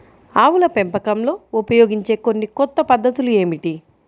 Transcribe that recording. ఆవుల పెంపకంలో ఉపయోగించే కొన్ని కొత్త పద్ధతులు ఏమిటీ?